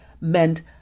meant